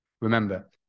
Remember